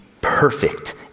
perfect